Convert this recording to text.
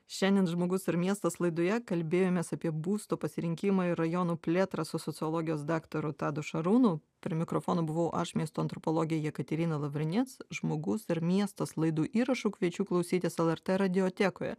šiandien žmogus ir miestas laidoje kalbėjomės apie būsto pasirinkimą ir rajonų plėtrą su sociologijos daktaru tadu šarūnu prie mikrofono buvau aš miesto antropologė jekaterina lavrinec žmogus ir miestas laidų įrašų kviečiu klausytis lrt radiotekoje